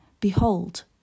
Behold